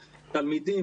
תלמידים,